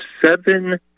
seven